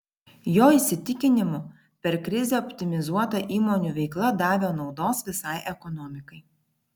jo įsitikinimu per krizę optimizuota įmonių veikla davė naudos visai ekonomikai